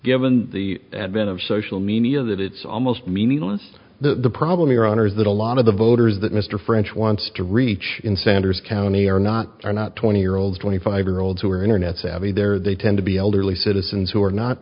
given the advent of social media that it's almost meaningless the problem your honor is that a lot of the voters that mr french wants to reach in sanders county are not are not twenty year olds twenty five year olds who are internet savvy there they tend to be elderly citizens who are not